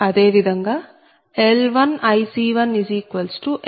అదే విధంగా L1IC1L2IC24